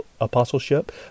apostleship